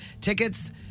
tickets